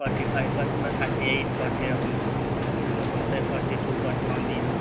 forty five percent বা thirty eight forty এই রকম কোনো কোনোটায় ফোর্টি টু ফোর্টি ওয়ান দিয়ে দেবো পার্সেন্ট